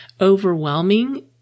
overwhelming